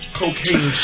cocaine